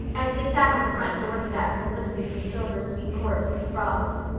as they sat on the front door steps and listened to the silver-sweet chorus of the frogs.